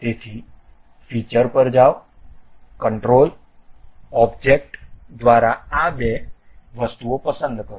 તેથી ફિચર પર જાઓ કંટ્રોલ ઓબ્જેક્ટ દ્વારા આ બે વસ્તુઓ પસંદ કરો